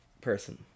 person